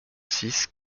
six